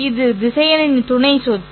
இது திசையனின் துணை சொத்து